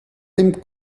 dem